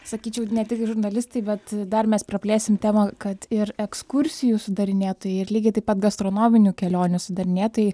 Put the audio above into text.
sakyčiau ne tik žurnalistai bet dar mes praplėsim temą kad ir ekskursijų sudarinėtojai ir lygiai taip pat gastronominių kelionių sudarinėtojai